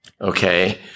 okay